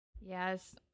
Yes